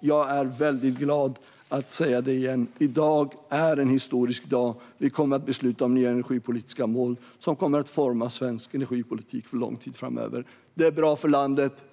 Jag är mycket glad att säga detta igen: I dag är en historisk dag. Vi kommer att besluta om nya energipolitiska mål som kommer att forma svensk energipolitik för lång tid framöver. Det är bra för landet.